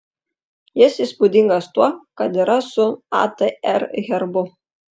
jis įspūdingas tuo kad yra su atr herbu